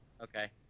okay